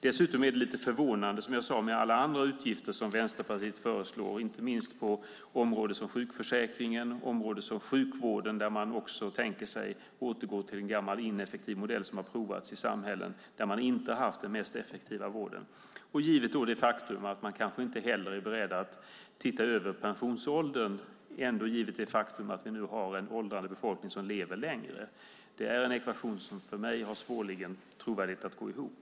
Dessutom är det lite förvånande, som jag sade, med alla andra utgifter som Vänsterpartiet föreslår, inte minst på områden som sjukförsäkringen och sjukvården, där man också tänker sig att återgå till en gammal ineffektiv modell som har provats i samhällen. Där har de inte haft den mest effektiva vården. Man är kanske inte heller beredd att titta över pensionsåldern trots det faktum att vi nu har en åldrande befolkning som lever längre. Det är en ekvation som jag har svårt att få att gå ihop.